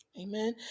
Amen